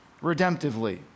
redemptively